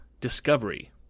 discovery